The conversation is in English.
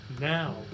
Now